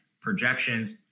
projections